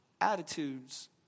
attitudes